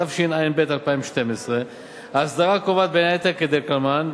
התשע"ב 2012. ההסדרה קובעת בין היתר כדלקמן,